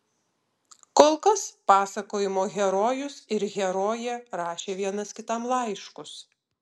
kol kas pasakojimo herojus ir herojė rašė vienas kitam laiškus